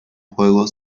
juego